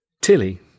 Tilly